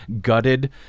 gutted